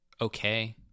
Okay